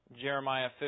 Jeremiah